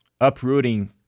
uprooting